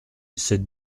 cette